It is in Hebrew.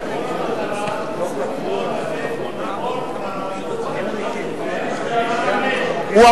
אמר בישיבת הממשלה שכל המטרה לא לתת מונופול לרבנות הראשית לישראל,